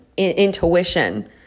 intuition